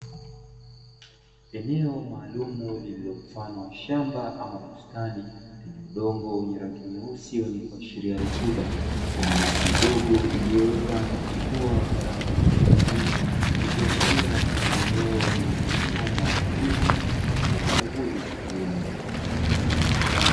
Eneo maalum, lilo mfano wa shamba ama bustani, yenye udongo wenye rangi nyeusi wenye kuashiria rutuba, ikiwa na miti midogo iliyoota na kuchipua kwa rangi ya kijani kibichi, ikiashiria kuwa ni eneo linalotumiwa na wakulima kwa ajili ya shughuli za kilimo.